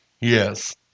Yes